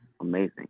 amazing